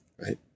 right